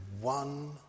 one